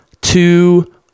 two